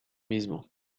mismo